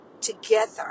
together